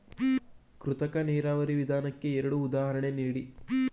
ಕೃತಕ ನೀರಾವರಿ ವಿಧಾನಕ್ಕೆ ಎರಡು ಉದಾಹರಣೆ ನೀಡಿ?